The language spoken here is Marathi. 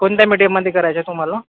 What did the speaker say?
कोणत्या मीडियममध्ये करायचं आहे तुम्हाला